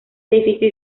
edificio